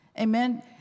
Amen